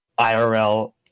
IRL